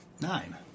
Nine